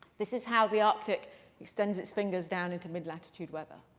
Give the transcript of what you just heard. this is how the arctic extends its fingers down into mid-latitude weather.